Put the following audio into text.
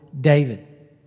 David